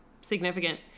significant